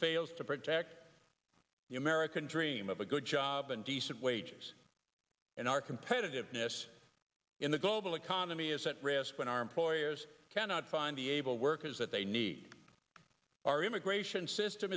fails to protect the american dream of a good job and decent wages and our competitiveness in the global economy is at risk when our employers cannot fine the able workers that they need our immigration system